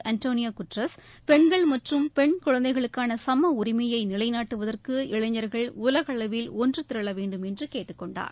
Antonio Guterres பெண்கள் மற்றும் பெண் குழந்தைகளுக்னன சம உரிமைய நிலைநாட்டுவதற்கு இளைஞா்கள் உலகளவில் ஒன்று திரள வேண்டும் என்று கேட்டுக் கொண்டார்